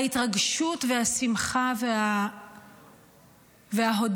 ההתרגשות והשמחה וההודיה